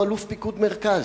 הריבון הוא אלוף פיקוד מרכז.